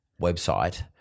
website